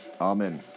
Amen